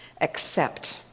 accept